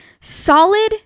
solid